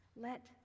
let